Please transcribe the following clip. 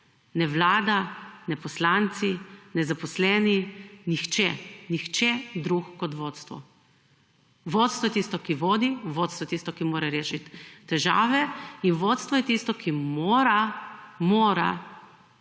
Ne vlada, ne poslanci, ne zaposleni, nihče, nihče drug kot vodstvo. Vodstvo je tisto, ki vodi, vodstvo je tisto, ki mora rešiti težave in vodstvo je tisto, ki mora, mora